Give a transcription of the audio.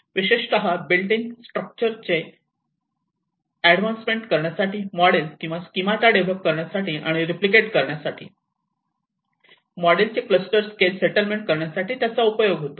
विशेषतः built in structure चे advancement करण्यासाठी मॉडेल किंवा स्कीमाटा डेव्हलप करण्यासाठी आणि रिपकेट करण्यासाठी मॉडेल चे क्लस्टर स्केल सेटलमेंट करण्यासाठी त्याचा उपयोग होतो